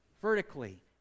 vertically